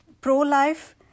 pro-life